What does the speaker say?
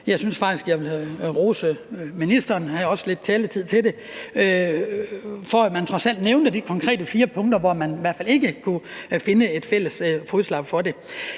jeg har også lidt taletid til det – for, at man trods alt nævnte de konkrete fire punkter, hvor man i hvert fald ikke kunne finde et fælles fodslag. Så det